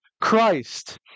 Christ